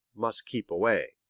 must keep away.